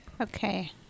Okay